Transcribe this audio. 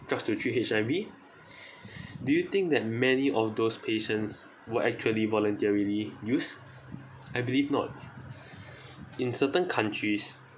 just to treat H_I_V do you think that many of those patients were actually voluntarily used I believe not in certain countries